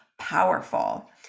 powerful